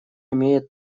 имеет